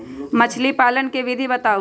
मछली पालन के विधि बताऊँ?